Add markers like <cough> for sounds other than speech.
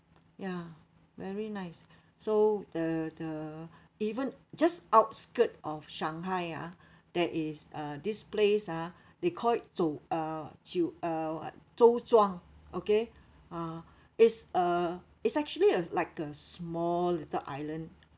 yeah very nice <breath> so the the <breath> even just outskirt of shanghai ah <breath> there is uh this place ah <breath> they called it zou uh jiu uh what zhouzhuang okay ah <breath> it's a it's actually a like a small little island